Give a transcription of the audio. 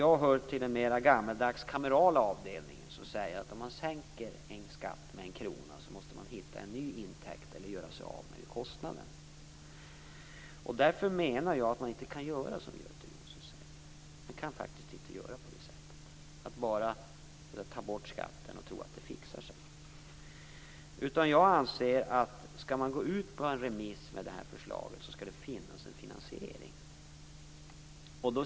Jag hör till den mer gammaldags kamerala avdelningen, som säger att om man sänker en skatt med en krona måste man hitta en ny intäkt eller göra sig av med en kostnad. Därför menar jag att man inte kan göra som Göte Jonsson säger. Man kan faktiskt inte bara ta bort skatten och tro att det fixar sig. Jag anser att skall det här förslaget gå ut på remiss så skall det finnas en finansiering.